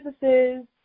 businesses